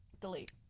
delete